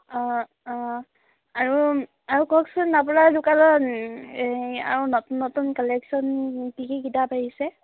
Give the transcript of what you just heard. অঁ অঁ আৰু আৰু কওকচোন আপোনাৰ দোকানত এই আৰু নতুন নতুন কালেকচন কি কি কিতাপ আহিছে